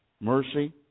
mercy